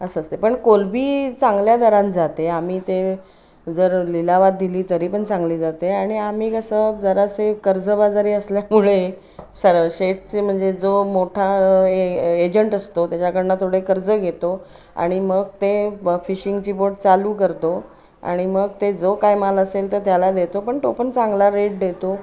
असं असते पण कोलंबी चांगल्या दराला जाते आम्ही ते जर लिलावात दिली तरी पण चांगली जाते आणि आम्ही कसं जरासे कर्जबाजारी असल्यामुळे सर शेठचे म्हणजे जो मोठा ए एजंट असतो त्याच्याकडून थोडे कर्ज घेतो आणि मग ते फिशिंगची बोट चालू करतो आणि मग ते जो काय माल असेल तर त्याला देतो पण तो पण चांगला रेट देतो